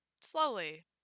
slowly